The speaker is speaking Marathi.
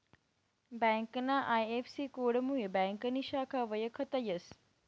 ब्यांकना आय.एफ.सी.कोडमुये ब्यांकनी शाखा वयखता येस